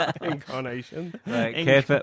Incarnation